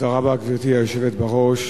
גברתי היושבת בראש,